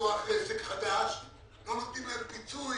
לפתוח עסק חדש לא נותנים להם פיצוי